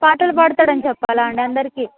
పాటలు పాడుతాడు అని చెప్పాలా అండి అందరికి